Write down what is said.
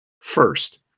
First